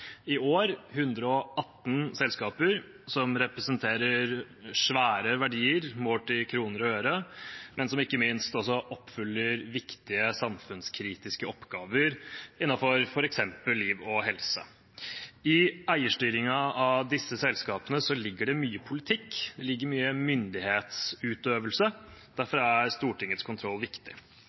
i år er det 118 selskaper, som representerer svære verdier målt i kroner og øre, men som ikke minst også oppfyller viktige samfunnskritiske oppgaver innenfor f.eks. liv og helse. I eierstyringen av disse selskapene ligger det mye politikk, det ligger mye myndighetsutøvelse, og derfor er Stortingets kontroll viktig.